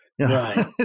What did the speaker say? Right